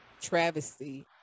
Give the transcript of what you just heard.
travesty